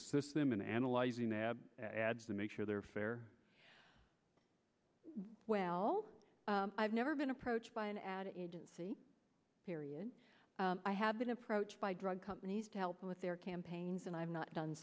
assist them in analyzing ads to make sure they're fair well i've never been approached by an ad agency period i have been approached by drug companies to help with their campaigns and i've not done